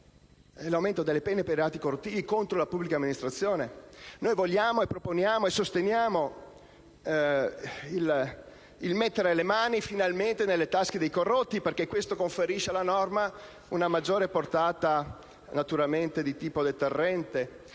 l'aumento delle pene per i reati corruttivi contro la pubblica amministrazione. Noi vogliamo, proponiamo e sosteniamo il mettere le mani finalmente nelle tasche dei corrotti, perché questo conferisce alla norma una maggiore portata di tipo deterrente.